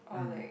mm